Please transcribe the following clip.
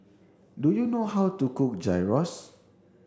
do you know how to cook Gyros